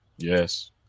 Yes